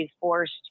forced